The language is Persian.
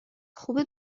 خوبه